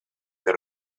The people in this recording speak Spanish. que